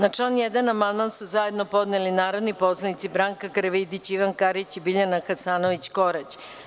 Na član 1. amandman su zajedno podneli narodni poslanici Branka Karavidić, Ivan Karić i Biljana Hasanović Korać.